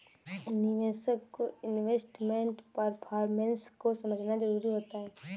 निवेशक को investment performance को समझना जरुरी होता है